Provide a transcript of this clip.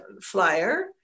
flyer